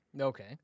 Okay